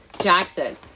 Jackson